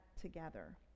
together